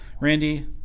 Randy